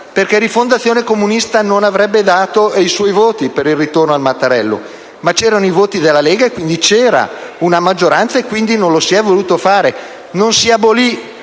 perché Rifondazione Comunista non avrebbe dato i suoi voti per il ritorno al Mattarellum. Ma c'erano i voti della Lega, quindi c'era una maggioranza: pertanto, non lo si è voluto fare. Non si abolì